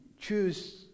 choose